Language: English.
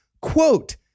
quote